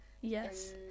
Yes